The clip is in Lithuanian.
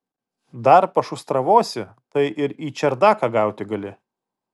dar pašustravosi tai ir į čerdaką gauti gali